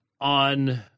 on